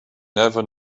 never